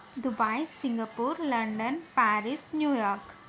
Dubai Singapore London Paris New York